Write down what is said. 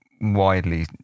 widely